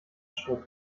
stroh